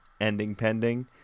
EndingPending